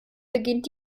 beginnt